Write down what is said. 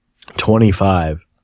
Twenty-five